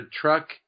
truck